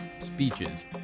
speeches